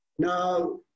Now